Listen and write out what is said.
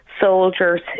soldiers